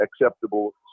acceptable